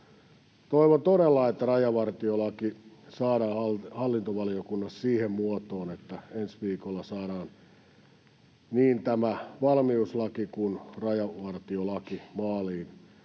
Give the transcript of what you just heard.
Toivon todella, että rajavartiolaki saadaan hallintovaliokunnassa siihen muotoon, että ensi viikolla saadaan niin tämä valmiuslaki kuin rajavartiolaki maaliin.